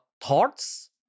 Thoughts